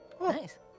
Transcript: Nice